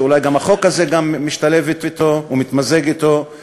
שאולי גם החוק הזה משתלב אתה ומתמזג אתה,